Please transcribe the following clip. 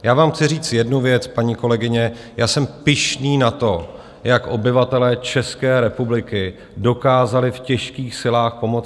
Já vám chci říct jednu věc, paní kolegyně, já jsem pyšný na to, jak obyvatelé České republiky dokázali v těžkých silách pomoci.